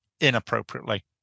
inappropriately